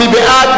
מי בעד?